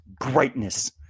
greatness